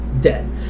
dead